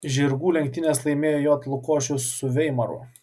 žirgų lenktynes laimėjo j lukošius su veimaru